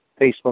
Facebook